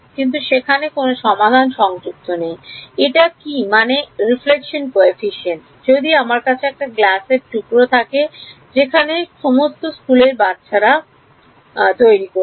কিন্তু সেখানে কোনো সমাধান সংযুক্ত নেই এটা কি মানে প্রতিবিম্ব সহগ যদি আমার কাছে একটা glass এর টুকরো থাকে যেটা সমস্ত স্কুলের বাচ্চারা করেছে